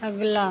अगला